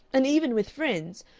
and even with friends,